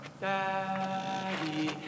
Daddy